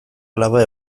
alaba